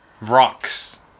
Rocks